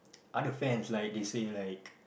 other fans like they say like